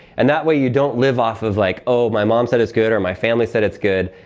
and that way you don't live off of like oh, my mom said it's good, or my family said it's good.